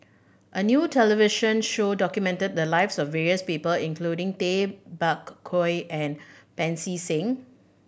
a new television show documented the lives of various people including Tay Bak Koi and Pancy Seng